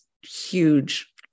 huge